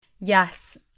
Yes